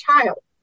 child